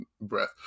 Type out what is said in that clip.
breath